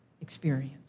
experience